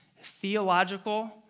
theological